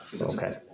Okay